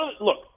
Look